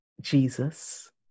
Jesus